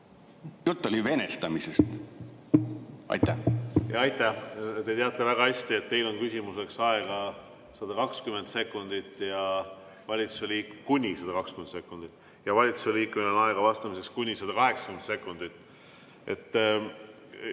Jutt oli venestamisest. Hea